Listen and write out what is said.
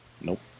Nope